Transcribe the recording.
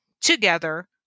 together